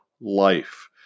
life